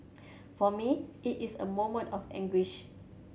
for me it is a moment of anguish